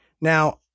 Now